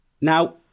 Now